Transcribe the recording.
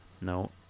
No